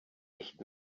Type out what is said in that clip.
nicht